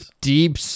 deep